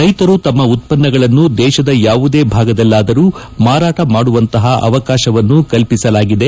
ರೈತರು ತಮ್ಮ ಉತ್ತನ್ನಗಳನ್ನು ದೇಶದ ಯಾವುದೇ ಭಾಗದಲ್ಲಾದರೂ ಮಾರಾಟ ಮಾಡುವಂತಹ ಅವಕಾಶವನ್ನು ಕಲ್ಪಿಸಲಾಗಿದೆ